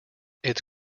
its